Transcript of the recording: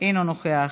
אינה נוכחת,